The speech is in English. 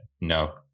no